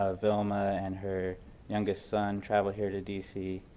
ah vilma and her youngest son traveled here to d c.